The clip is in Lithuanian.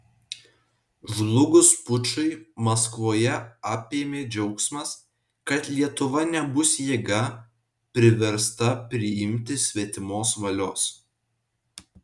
žlugus pučui maskvoje apėmė džiaugsmas kad lietuva nebus jėga priversta priimti svetimos valios